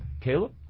Caleb